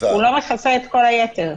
הוא לא מכסה את כל היתר.